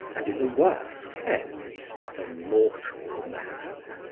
and, in the worst, ends but a mortal man.